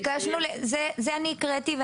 זה אני הקראתי.